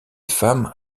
femmes